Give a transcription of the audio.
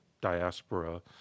diaspora